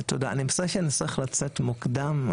אני מצטער שאני צריך לצאת מוקדם,